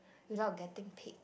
without getting paid